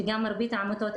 שאין למרבית העמותות,